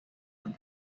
one